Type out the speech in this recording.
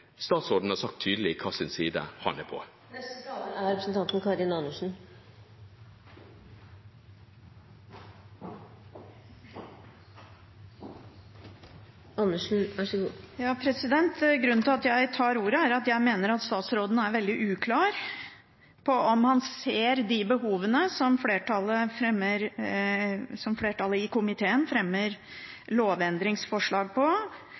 Statsråden har sagt tydelig fra om hvem sin side han er på. Grunnen til at jeg tar ordet, er at jeg mener at statsråden er veldig uklar på om han ser de behovene som flertallet i komiteen